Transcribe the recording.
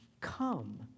come